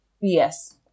Yes